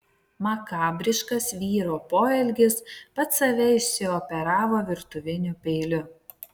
makabriškas vyro poelgis pats save išsioperavo virtuviniu peiliu